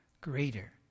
greater